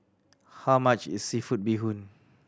how much is seafood bee hoon